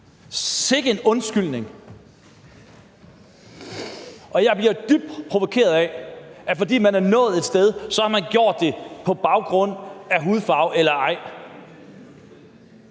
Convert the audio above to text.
Sikke en undskyldning, og jeg bliver dybt provokeret af, at fordi man er nået et sted hen, så har man gjort det på baggrund af hudfarve eller ej.